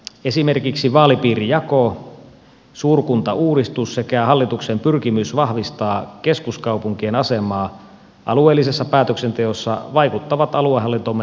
esimerkiksi vaalipiirijako suurkuntauudistus sekä hallituksen pyrkimys vahvistaa keskuskaupunkien asemaa alueellisessa päätöksenteossa vaikuttavat aluehallintomme tulevaisuuteen